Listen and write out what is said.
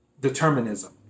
Determinism